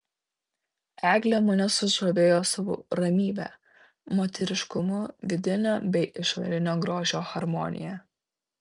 eglė mane sužavėjo savo ramybe moteriškumu vidinio bei išorinio grožio harmonija